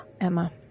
Emma